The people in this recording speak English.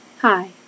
Hi